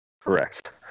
Correct